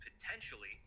potentially